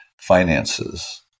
finances